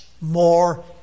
more